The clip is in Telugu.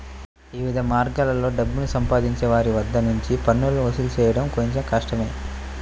వివిధ మార్గాల్లో డబ్బుని సంపాదించే వారి వద్ద నుంచి పన్నులను వసూలు చేయడం కొంచెం కష్టమే